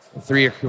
three